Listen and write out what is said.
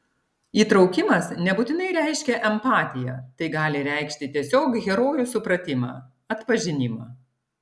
įtraukimas nebūtinai reiškia empatiją tai gali reikšti tiesiog herojų supratimą atpažinimą